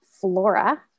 Flora